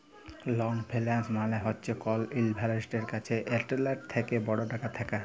long finance মালে হছে কল ইল্ভেস্টারের কাছে এসেটটার থ্যাকে বড় টাকা থ্যাকা